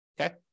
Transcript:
okay